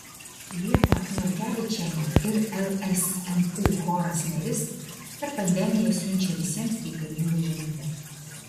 liepa norkevičienė ir lsmu choras neris per pandemiją siunčia visiems reikalingą žinutę